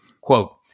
quote